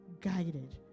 guided